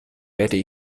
werde